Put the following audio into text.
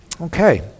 Okay